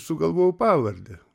sugalvojau pavardę